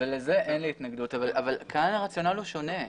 לזה אין לי התנגדות אבל כאן הרציונל הוא שונה.